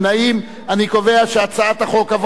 אני קובע שהצעת החוק עברה בקריאה שלישית